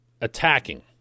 attacking